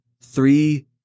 three